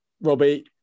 Robbie